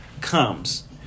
comes